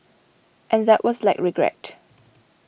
and that was like regret